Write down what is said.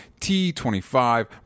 T25